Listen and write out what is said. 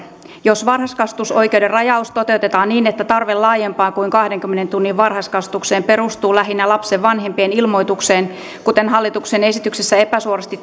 jos varhaiskasvatusoikeuden rajaus toteutetaan niin että tarve laajempaan kuin kahdenkymmenen tunnin varhaiskasvatukseen perustuu lähinnä lapsen vanhempien ilmoitukseen kuten hallituksen esityksessä epäsuorasti